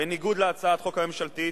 בניגוד להצעת החוק הממשלתית,